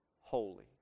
holy